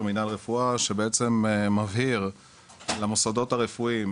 מינהל רפואה שבעצם מבהיר למוסדות הרפואיים